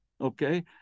Okay